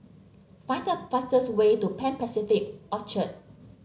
find the fastest way to Pan Pacific Orchard